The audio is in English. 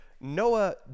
Noah